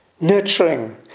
nurturing